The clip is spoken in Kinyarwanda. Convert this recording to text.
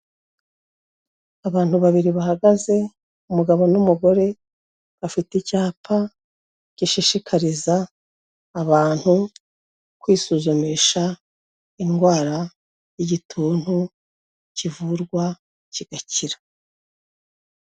Abantu babiri bahagaze, umugabo n'umugore bafite icyapa gishishikariza abantu kwisuzumisha indwara y'igituntu kivurwa kigakira.